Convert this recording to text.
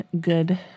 good